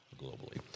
globally